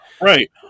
Right